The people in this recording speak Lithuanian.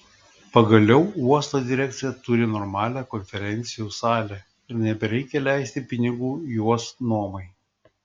pagaliau uosto direkcija turi normalią konferencijų salę ir nebereikia leisti pinigų jos nuomai